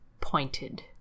pointed